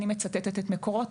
אני מצטטת את מקורות.